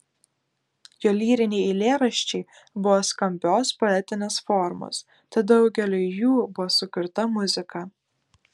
jo lyriniai eilėraščiai buvo skambios poetinės formos tad daugeliui jų buvo sukurta muzika